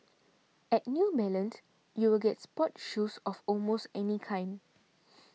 at New Balance you will get sports shoes of almost any kind